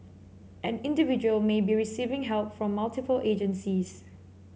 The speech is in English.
an individual may be receiving help from multiple agencies